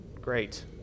great